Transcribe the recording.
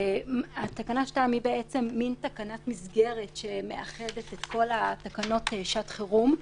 תקנה (2) היא מין תקנת מסגרת שמאחדת את כל התקנות לשעת חירום,